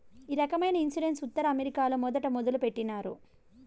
ఈ రకమైన ఇన్సూరెన్స్ ఉత్తర అమెరికాలో మొదట మొదలుపెట్టినారు